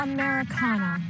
Americana